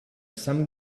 some